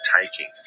taking